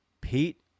Pete